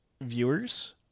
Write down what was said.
Viewers